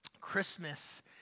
Christmas